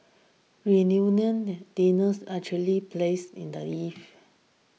reunion dinners actually place in the eve